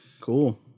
Cool